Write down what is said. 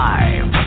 Live